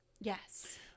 Yes